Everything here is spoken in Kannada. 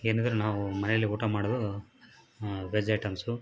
ಏನೆಂದ್ರೆ ನಾವು ಮನೆಯಲ್ಲೇ ಊಟ ಮಾಡೋದು ಬಜೆಟ್ ಅನಿಸ್ತು